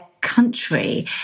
country